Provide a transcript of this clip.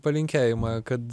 palinkėjimą kad